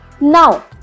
now